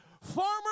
Farmers